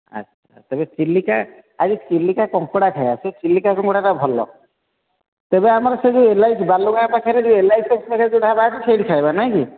ଆଚ୍ଛା ତେବେ ଚିଲିକା ଆଜି ଚିଲିକା କଙ୍କଡ଼ା ଖାଇବା ସେ ଚିଲିକା କଙ୍କଡ଼ା ଭଲ ତେବେ ସେ ଆମର ଯୋଉ ଏଲ୍ ଆଇ ସି ବାଲୁଗାଁ ପାଖରେ ଏଲ୍ ଆଇ ସି ପାଖରେ ଯୋଉ ଢ଼ାବା ଅଛି ସେଇଠି ଖାଇବା ନାଇ କି